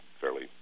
fairly